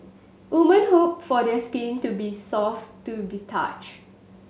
women hope for the skin to be soft to be touch